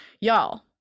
Y'all